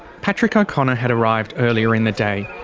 patrick o'connor had arrived earlier in the day.